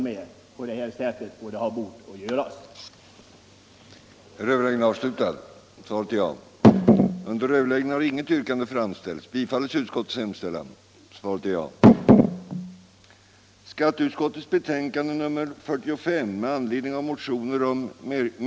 Skogsbeskattningen 170